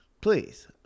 please